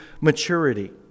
maturity